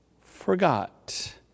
forgot